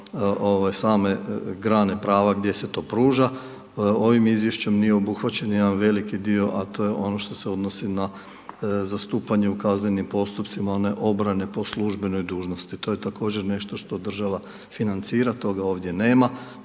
za same grane prave gdje se to pruža. Ovim Izvješćem nije obuhvaćen jedan veliki dio, a to je ono što se odnosi na zastupanje u kaznenim postupcima, one obrane po službenoj dužnosti, to je također nešto što država financira, toga ovdje nema.